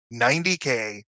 90K